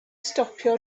stopio